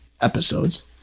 episodes